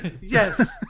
yes